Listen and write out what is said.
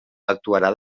actuarà